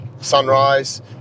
sunrise